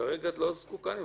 כרגע את זקוקה לזה.